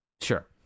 Sure